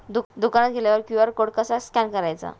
दुकानात गेल्यावर QR code कसा स्कॅन करायचा?